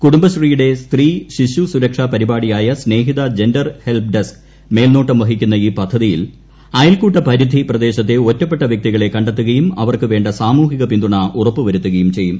കുടുംബശ്രീയുടെ സ്ത്രീ ശിശു സുരക്ഷാ പരിപാടിയായ സ്നേഹിത ജെൻഡർ ഹെല്പ് ഡെസ്ക് മേൽനോട്ടം വഹിക്കുന്ന ഈ പദ്ധതിയിൽ അയൽക്കൂട്ട പരിധി പ്രദേശത്തെ ഒറ്റപ്പെട്ട വ്യക്തികളെ കത്തുകയും അവർക്ക് വേ സാമൂഹിക പിന്തുണ ഉറപ്പുവരുത്തുകയും ചെയ്യും